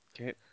Okay